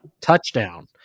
touchdown